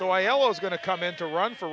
so i was going to come into a run for